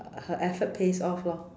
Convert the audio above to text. her effort pays off loh mm